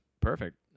Perfect